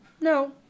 No